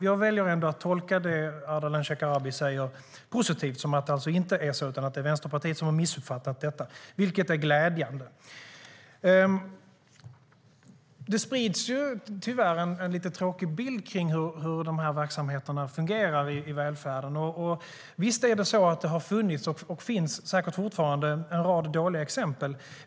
Jag väljer ändå att tolka Ardalan Shekarabi positivt, det vill säga att Vänsterpartiet har missuppfattat saken - vilket är glädjande. Det sprids tyvärr en lite tråkig bild av hur verksamheterna fungerar i välfärden. Visst har det funnits, och finns säkert fortfarande, en rad dåliga exempel.